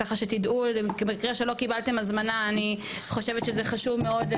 אז ככה שתדעו למקרה שלא קיבלתם הזמנה אני חושבת שזה חשוב מאוד,